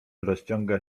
rozciąga